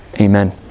Amen